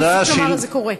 כלומר, זה קורה.